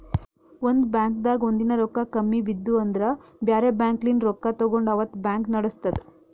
ಒಂದ್ ಬಾಂಕ್ದಾಗ್ ಒಂದಿನಾ ರೊಕ್ಕಾ ಕಮ್ಮಿ ಬಿದ್ದು ಅಂದ್ರ ಬ್ಯಾರೆ ಬ್ಯಾಂಕ್ಲಿನ್ತ್ ರೊಕ್ಕಾ ತಗೊಂಡ್ ಅವತ್ತ್ ಬ್ಯಾಂಕ್ ನಡಸ್ತದ್